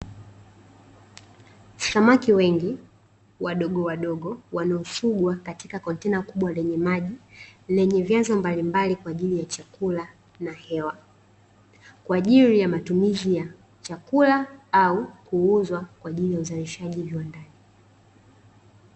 Samaki wengi, wadogowadogo wanaofugwa katika kontena kubwa lenye maji, lenye vyanzo mbalimbali kwa ajili ya chakula na hewa, kwa ajili ya matumizi ya chakula au kuuza kwa ajili ya uzalishaji viwandani.